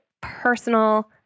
personal